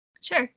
Sure